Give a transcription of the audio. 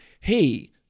hey